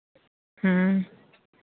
ᱦᱮᱸ